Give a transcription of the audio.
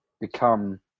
become